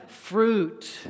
fruit